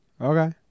Okay